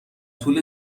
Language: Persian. طول